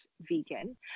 vegan